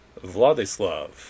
Vladislav